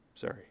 sorry